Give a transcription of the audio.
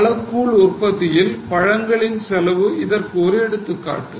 பழக்கூழ் உற்பத்தியில் பழங்களின் செலவு இதற்கு ஒரு எடுத்துக்காட்டு